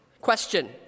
Question